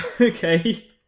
Okay